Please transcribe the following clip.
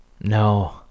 No